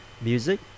music